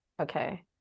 Okay